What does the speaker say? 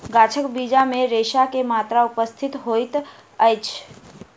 गाछक बीज मे रेशा के मात्रा उपस्थित होइत अछि